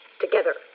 together